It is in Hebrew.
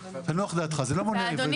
תנוח דעתך, זה לא מונע עובד עירייה.